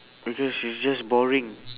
because it's just boring